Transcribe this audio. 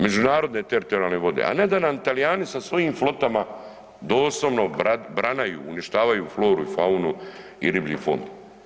Međunarodne teritorijalne vode, a ne da nam Talijani sa svojim flotama doslovno branaju, uništavaju floru i faunu i riblji fond.